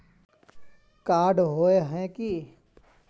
Card होय है की?